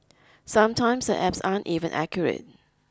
sometimes apps aren't even accurate